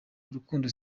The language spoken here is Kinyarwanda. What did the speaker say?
urukundo